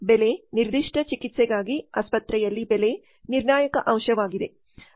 ಬೆಲೆ ನಿರ್ದಿಷ್ಟ ಚಿಕಿತ್ಸೆಗಾಗಿ ಆಸ್ಪತ್ರೆಯಲ್ಲಿ ಬೆಲೆ ನಿರ್ಣಾಯಕ ಅಂಶವಾಗಿದೆ